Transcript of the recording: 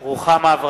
(קורא בשמות חברי הכנסת) רוחמה אברהם-בלילא,